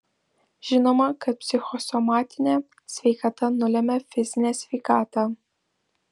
žinoma kad psichosomatinė sveikata nulemia fizinę sveikatą